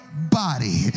body